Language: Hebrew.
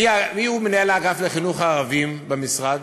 מיהו מנהל האגף לחינוך ערבים במשרד?